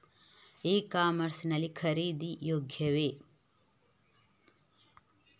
E commerce ಲ್ಲಿ ಖರೀದಿ ಯೋಗ್ಯವೇ?